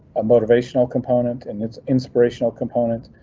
a motivational component and it's inspirational component.